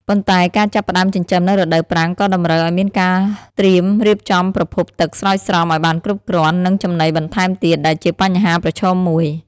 ប៉ុន្តែការចាប់ផ្តើមចិញ្ចឹមនៅរដូវប្រាំងក៏តម្រូវឲ្យមានការត្រៀមរៀបចំប្រភពទឹកស្រោចស្រពឲ្យបានគ្រប់គ្រាន់ និងចំណីបន្ថែមទៀត ដែលជាបញ្ហាប្រឈមមួយ។